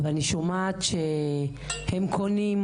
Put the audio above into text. ואני שומעת שהם קונים,